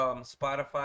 Spotify